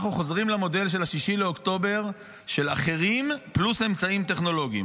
אנחנו חוזרים למודל של 6 באוקטובר של אחרים פלוס אמצעים טכנולוגיים.